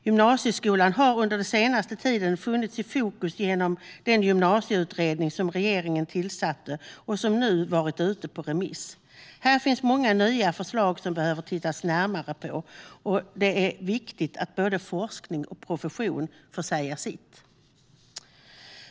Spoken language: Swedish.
Gymnasieskolan har under den senaste tiden funnits i fokus genom den gymnasieutredning som regeringen tillsatte och som nu varit ute på remiss. Här finns många nya förslag som behöver tittas närmare på, och det är viktigt att både forskning och profession får säga sitt.